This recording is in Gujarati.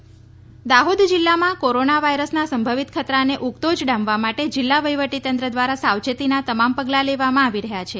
કોરોના દાહોદ જિલ્લામાં કોરોના વાયસરના સંભવિત ખતરાને ઉગતો જ ડામવા માટે જિલ્લા વહીવટી તંત્ર દ્વારા સાવચેતીનાં તમામ પગલાં લેવામાં આવી રહ્યા છે